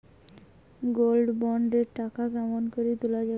Gold bond এর টাকা কেমন করি তুলা যাবে?